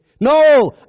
No